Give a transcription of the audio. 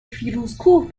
فیروزکوه